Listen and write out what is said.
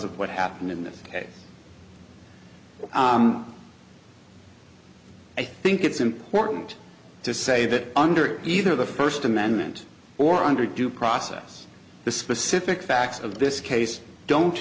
of what happened in this i think it's important to say that under either the first amendment or under due process the specific facts of this case don't